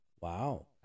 Wow